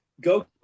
go